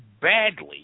badly